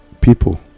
people